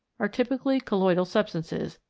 are typically colloidal substances,